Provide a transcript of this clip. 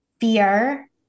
fear